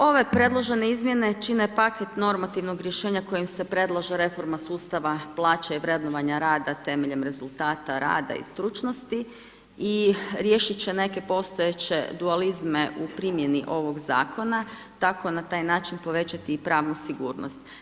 Ove predložene izmjene čine paket normativnog rješenja kojim se predlože reforme sustava plaće i vrednovanje rada temeljem rezultata rada i stručnosti i riješiti će neke postojeće dualizme u primjeni ovog zakona, tako na taj način povećati pravnu sigurnost.